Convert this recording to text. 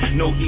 no